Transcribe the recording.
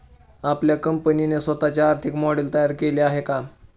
आपल्या कंपनीने स्वतःचे आर्थिक मॉडेल तयार केले आहे का?